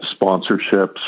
sponsorships